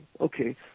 Okay